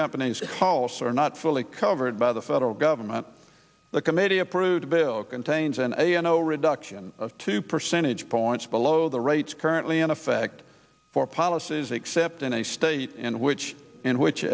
company's costs are not fully covered by the federal government the committee approved a bill contains an you know reduction of two percentage points below the rates currently in effect for policies except in a study in which in which